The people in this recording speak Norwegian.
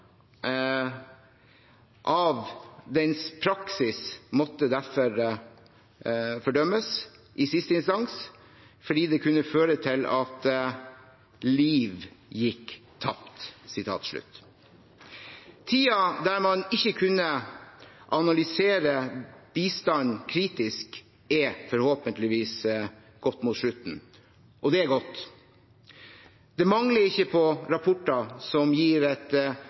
av dens praksis måtte derfor fordømmes, i siste instans, fordi det kunne føre til at liv gikk tapt.» Tiden da man ikke kunne analysere bistanden kritisk, går forhåpentlig mot slutten, og det er godt. Det mangler ikke på rapporter som gir